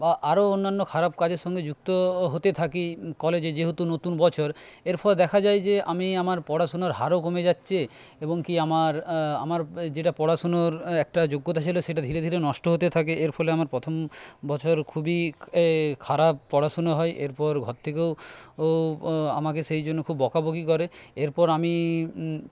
বা আরও অন্যান্য খারাপ কাজের সঙ্গে যুক্ত হতে থাকি কলেজে যেহেতু নতুন বছর এর ফলে দেখা যায় যে আমি আমার পড়াশুনোর হারও কমে যাচ্ছে এবং কি আমার আমার যেটা পড়াশুনোর একটা যোগ্যতা ছিলো সেটা ধীরে ধীরে নষ্ট হতে থাকে এর ফলে আমার পথম বছর খুবই খারাপ পড়াশুনো হয় এরপর ঘর থেকেও আমাকে সেইজন্য খুব বকাবকি করে এরপর আমি